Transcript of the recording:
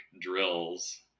drills